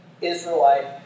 Israelite